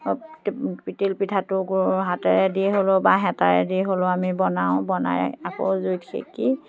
তিলপিঠাটো গুৰ হাতেৰে দি হ'লেও বা হেতাৰে দি হ'লেও আমি বনাওঁ বনাই আকৌ জুইত সেকি